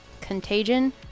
contagion